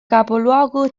capoluogo